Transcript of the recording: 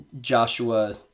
Joshua